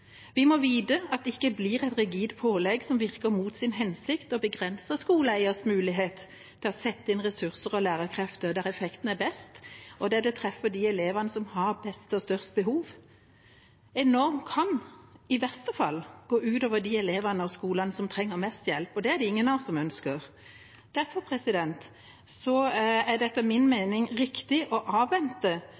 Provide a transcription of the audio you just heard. Vi må vite at det ikke blir et rigid pålegg som virker mot sin hensikt og begrenser skoleeierens mulighet til å sette inn ressurser og lærerkrefter der effekten er best, og der det treffer de elevene som har flest og størst behov. En norm kan i verste fall gå ut over de elevene og skolene som trenger mest hjelp, og det er det ingen av oss som ønsker. Derfor er det etter min mening riktig å avvente